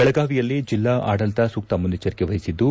ಬೆಳಗಾವಿಯಲ್ಲಿ ಜಿಲ್ಲಾ ಆಡಳಿತ ಸೂಕ್ತ ಮುನೈಚ್ವರಿಕೆ ವಹಿಸಿದ್ದು